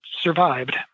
survived